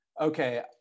okay